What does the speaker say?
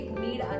need